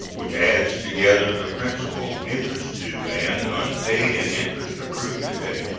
which adds together the principal, interest due and unpaid, and interest accrued to date,